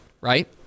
right